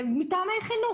מטעמי חינוך,